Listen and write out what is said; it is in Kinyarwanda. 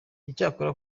cyakora